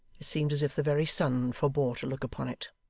it seemed as if the very sun forbore to look upon it.